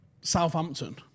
Southampton